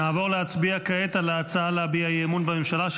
נעבור להצביע כעת על ההצעה להביע אי-אמון בממשלה,